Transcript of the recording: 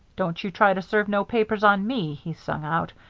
don't you try to serve no papers on me he sung out,